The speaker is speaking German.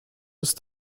ist